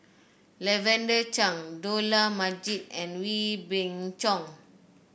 Lavender Chang Dollah Majid and Wee Beng Chong